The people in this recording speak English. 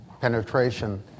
penetration